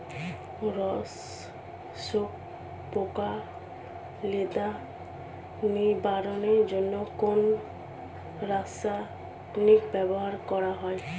রস শোষক পোকা লেদা নিবারণের জন্য কোন রাসায়নিক ব্যবহার করা হয়?